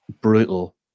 brutal